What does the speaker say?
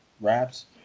wraps